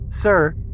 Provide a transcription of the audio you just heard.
Sir